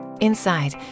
Inside